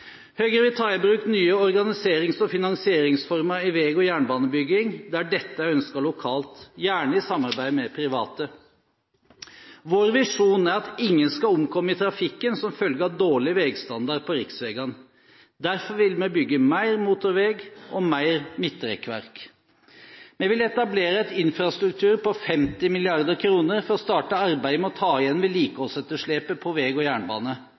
Høyre vil ta i bruk nye organiserings- og finansieringsformer i vei- og jernbanebygging der dette er ønsket lokalt – gjerne i samarbeid med private. Vår visjon er at ingen skal omkomme i trafikken som følge av dårlig veistandard på riksveiene. Derfor vil vi bygge mer motorvei og mer midtrekkverk. Vi vil etablere et infrastrukturfond på 50 mrd. kr for å starte arbeidet med å ta igjen vedlikeholdsetterslepet på vei- og jernbane,